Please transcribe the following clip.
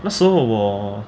那时候我